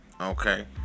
Okay